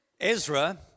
Ezra